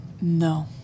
No